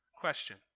Question